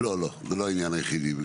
זה לא העניין היחידי.